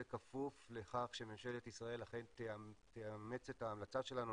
כפוף לכך שממשלת ישראל אכן תאמץ את ההמלצה שלנו.